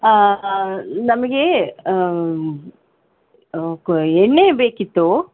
ನಮಗೆ ಕ ಎಣ್ಣೆ ಬೇಕಿತ್ತು